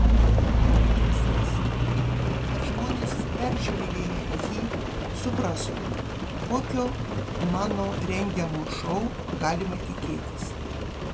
klipo tikslas kad žmonės peržiūrėję jį suprastų kokio mano rengiamo šou galima tikėtis